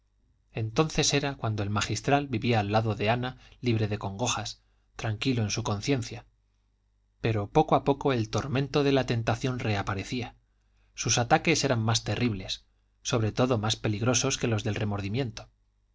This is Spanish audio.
entonces era cuando el magistral vivía al lado de ana libre de congojas tranquilo en su conciencia pero poco a poco el tormento de la tentación reaparecía sus ataques eran más terribles sobre todo más peligrosos que los del remordimiento